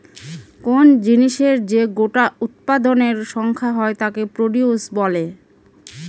কোন জিনিসের যে গোটা উৎপাদনের সংখ্যা হয় তাকে প্রডিউস বলে